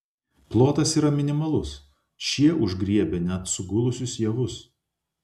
plotas yra minimalus šie užgriebia net sugulusius javus